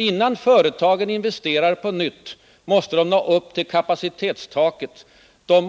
Innan företagen investerar på nytt, måste de nå upp till kapacitetstaket. De